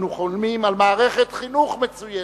אנו חולמים על מערכת חינוך מצוינת,